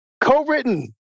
Co-written